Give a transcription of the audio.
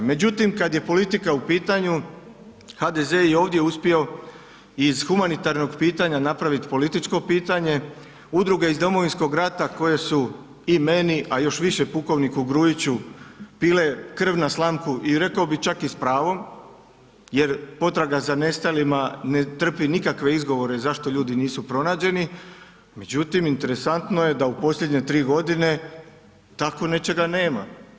Međutim, kad je politika u pitanju, HDZ je i ovdje uspio iz humanitarnog pitanja napraviti političko pitanje, udruge iz Domovinskog rata koje su i meni, a još više pukovniku Grujiću pile krv na slamku i rekao bih čak i s pravom, jer potraga za nestalima ne trpi nikakve izgovore zašto ljudi nisu pronađeni, međutim, interesantno je da u posljednje 3 godine tako nečega nema.